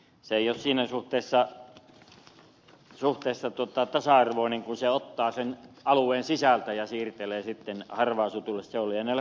se ei ole siinä suhteessa tasa arvoista kun se ottaa sen alueen sisältä ja siirtelee sitten harvaanasutuille seuduille